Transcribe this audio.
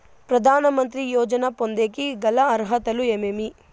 ప్రధాన మంత్రి యోజన పొందేకి గల అర్హతలు ఏమేమి?